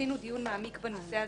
עשינו דיון מעמיק בנושא הזה.